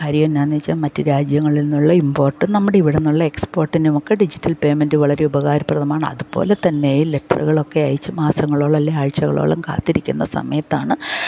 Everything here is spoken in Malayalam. കാര്യം എന്താണെന്ന് വെച്ചാൽ മറ്റ് രാജ്യങ്ങളിൽ നിന്നുള്ള ഇമ്പോർട്ടും നമ്മുടെ ഇവിടെ നിന്നുള്ള എക്സ്പോർട്ടിനുമൊക്കെ ഡിജിറ്റൽ പേയ്മെൻറ്റ് വളരെ ഉപകാരപ്രദമാണ് അത് പോലെ തന്നെ ഈ ലെറ്ററുകളൊക്കെ അയച്ച് മാസങ്ങളോളം അല്ലേ ആഴ്ചകളോളം കാത്തിരിക്കുന്ന സമയത്താണ്